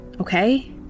okay